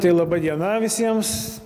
tai laba diena visiems